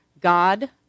God